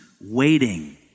waiting